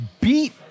beat